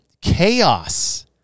Chaos